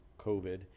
COVID